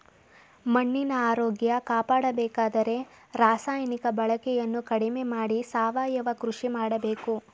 ಮಣ್ಣಿನ ಆರೋಗ್ಯ ಕಾಪಾಡಬೇಕಾದರೆ ರಾಸಾಯನಿಕ ಬಳಕೆಯನ್ನು ಕಡಿಮೆ ಮಾಡಿ ಸಾವಯವ ಕೃಷಿ ಮಾಡಬೇಕು